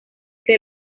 que